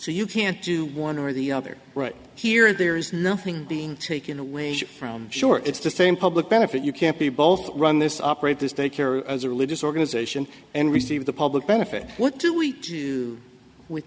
so you can't do one or the other right here and there is nothing being taken away from shore it's the same public benefit you can't be both run this operate this daycare as a religious organization and receive the public benefit what do we to with